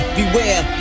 beware